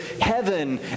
heaven